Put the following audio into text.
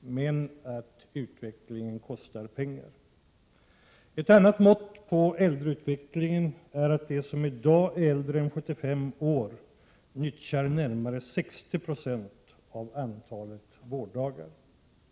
men att utvecklingen kostar pengar. Ett annat mått på äldre-äldre-utvecklingen är att de som i dag är äldre än 75 år utnyttjar närmare 60 96 av antalet vårddagar.